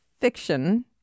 fiction